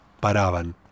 paraban